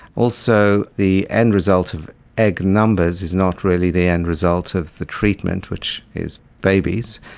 also, the end result of egg numbers is not really the end result of the treatment, which is babies,